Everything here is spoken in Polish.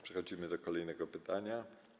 Przechodzimy do kolejnego pytania.